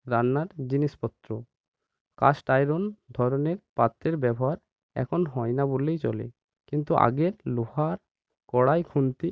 রান্নার জিনিসপত্র cast iron ধরনের পাত্রের ব্যবহার এখন হয় না বললেই চলে কিন্তু আগে লোহার কড়াই খুন্তি